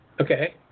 Okay